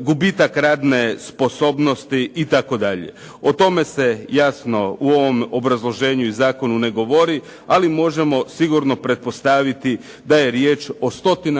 gubitak radne sposobnosti itd. O tome se jasno u ovom obrazloženju i zakonu ne govori ali možemo sigurno pretpostaviti da je riječ o stotinama